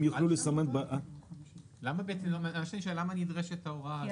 הם יוכלו לסמן ב --- אני שואל שאלה: למה נדרשת ההוראה הזו?